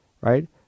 right